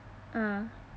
ah